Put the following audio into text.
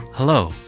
Hello